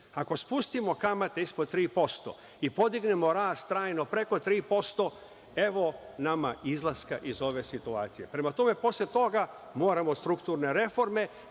Ako spustimo kamate ispod 3% i podignemo rast trajno preko 3%, evo nama izlaska iz ove situacije. Prema tome, posle toga moramo strukturne reforme,